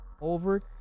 over